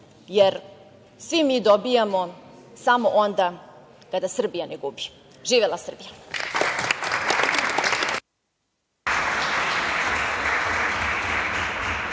jer svi mi dobijamo samo onda kada Srbija ne gubi. Živela Srbija.